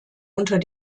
unter